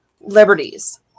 liberties